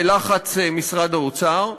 בלחץ משרד האוצר.